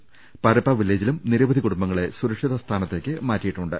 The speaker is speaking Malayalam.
പ്രപ്പ വില്ലേജിലും നിരവധി കുടുംബങ്ങളെ സുരക്ഷിത സ്ഥാനത്തേക്ക് മാറ്റിയി ട്ടുണ്ട്